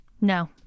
No